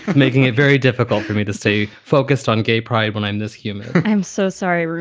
making it very difficult for me to stay focused on gay pride when i'm this human. i'm so sorry.